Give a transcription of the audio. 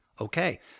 Okay